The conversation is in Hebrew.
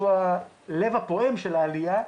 שהוא הלב הפועם של העלייה,